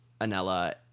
Anella